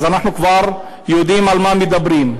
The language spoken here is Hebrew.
אז אנחנו כבר יודעים על מה מדברים.